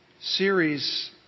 series